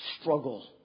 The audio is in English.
struggle